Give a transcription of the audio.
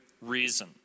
reason